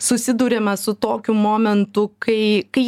susiduriama su tokiu momentu kai kai